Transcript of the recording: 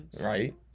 right